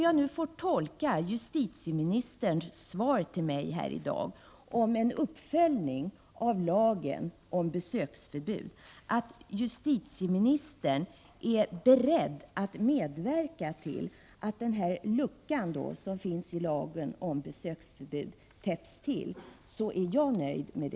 Jag är nöjd med justitieministerns svar, om jag får tolka det så att justitieministern är beredd att medverka till att täppa till den lucka som finns i lagen om besöksförbud.